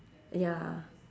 ya